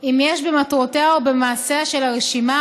אם יש במטרותיה או במעשיה של הרשימה,